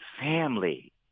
family